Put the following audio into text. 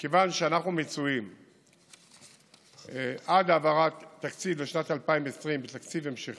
מכיוון שעד העברת תקציב לשנת 2020 אנחנו מצויים בתקציב המשכי,